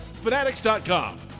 Fanatics.com